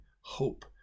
hope